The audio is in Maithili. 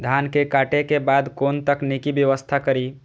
धान के काटे के बाद कोन तकनीकी व्यवस्था करी?